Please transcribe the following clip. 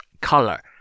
color